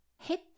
Hit